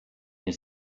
nie